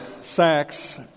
Sachs